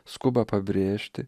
skuba pabrėžti